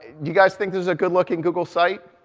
you guys think this is a good-looking google site?